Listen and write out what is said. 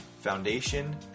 foundation